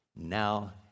now